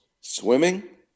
Swimming